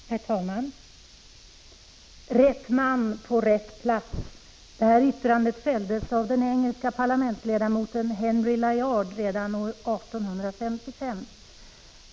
Herr talman! ”Rätt man på rätt plats” — det yttrandet fälldes av den engelske parlamentsledamoten Henry Layard redan år 1855.